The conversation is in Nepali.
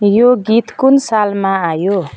यो गीत कुन सालमा आयो